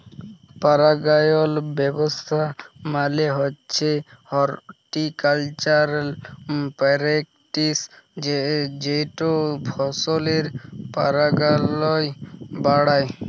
পারাগায়ল ব্যাবস্থা মালে হছে হরটিকালচারাল প্যারেকটিস যেট ফসলের পারাগায়ল বাড়ায়